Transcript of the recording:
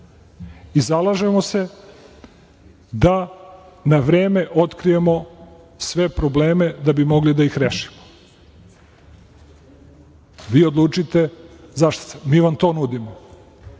i zalažemo se da na vreme otkrijemo sve probleme, da bi mogli da ih rešimo. Vi odlučite za šta ste? Mi vam to nudimo.